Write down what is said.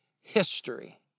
history